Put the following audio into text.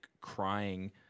crying